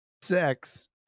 sex